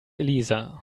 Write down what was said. elisa